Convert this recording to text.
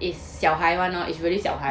mm